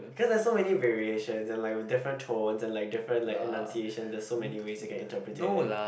cause there's so many variations and like with different tones and like different enunciations there's so many different ways that you can interpret it